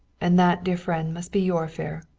and that, dear friend, must be your affair.